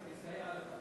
ואני אסייע לך.